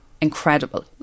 incredible